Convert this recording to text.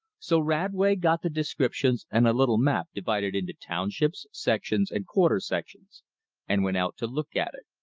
so radway got the descriptions and a little map divided into townships, sections, and quarter sections and went out to look at it.